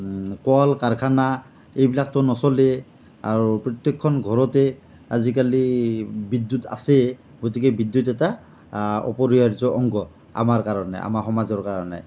কল কাৰখানা এইবিলাকতো নচলেই আৰু প্ৰত্যেকখন ঘৰতে আজিকালি বিদ্যুৎ আছেই গতিকে বিদ্যুৎ এটা অপৰিহাৰ্য অংগ আমাৰ কাৰণে আমাৰ সমাজৰ কাৰণে